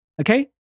Okay